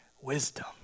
wisdom